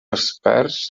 experts